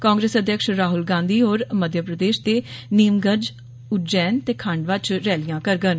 कांग्रेस अध्यक्ष राहल गांधी होर मध्य प्रदेश दे नीमगंज उजैन ते खांडवा च रैलियां करगंन